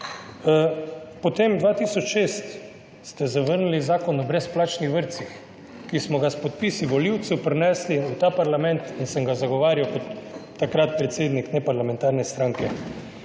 Leta 2006 ste zavrnili zakon o brezplačnih vrtcih, ki smo ga s podpisi volivcev prinesli v ta parlament. Jaz sem ga zagovarjal takrat kot predsednik neparlamentarne stranke.